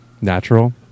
natural